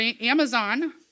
Amazon